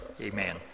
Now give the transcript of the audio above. Amen